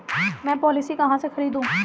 मैं पॉलिसी कहाँ से खरीदूं?